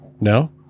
No